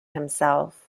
himself